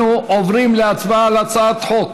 אנחנו עוברים להצבעה על הצעת חוק